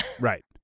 Right